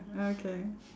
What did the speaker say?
okay